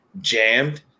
jammed